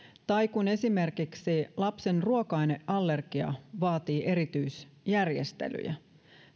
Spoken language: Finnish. tai kun esimerkiksi lapsen ruoka aineallergia vaatii erityisjärjestelyjä